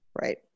right